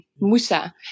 Musa